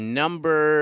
number